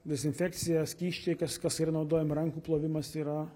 dezinfekcija skysčiai kas kas yra naudojama rankų plovimas yra